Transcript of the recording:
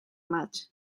maig